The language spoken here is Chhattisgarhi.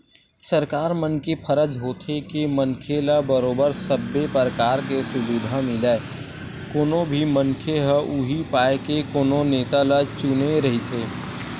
सरकार मन के फरज होथे के मनखे ल बरोबर सब्बो परकार के सुबिधा मिलय कोनो भी मनखे ह उहीं पाय के कोनो नेता ल चुने रहिथे